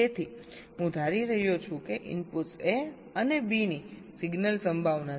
તેથી હું ધારી રહ્યો છું કે ઇનપુટ્સ A અને B ની સિગ્નલ સંભાવના 0